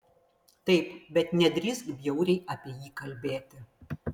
taip bet nedrįsk bjauriai apie jį kalbėti